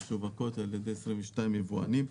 שמשווקות על ידי 22 יבואנים.